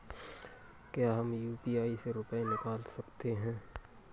क्या हम यू.पी.आई से रुपये निकाल सकते हैं?